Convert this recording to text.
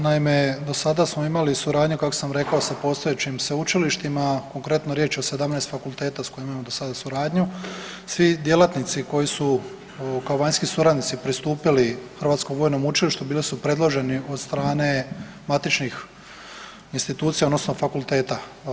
Naime, do sada smo imali suradnju kako sam rekao sa postojećim sveučilištima, konkretno je riječ o 17 fakulteta s kojima imamo do sada suradnju, svi djelatnici koji su kao vanjski suradnici pristupili Hrvatskom vojnom učilištu bili su predloženi od strane matičnih institucija odnosno fakulteta.